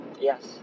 Yes